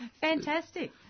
fantastic